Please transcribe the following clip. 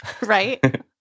Right